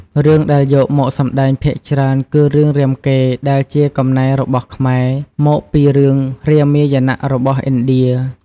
រឿងដែលយកមកសម្តែងភាគច្រើនគឺ រឿងរាមកេរ្តិ៍ ដែលជាកំណែរបស់ខ្មែរ មកពីរឿង រាមាយណៈ របស់ឥណ្ឌា។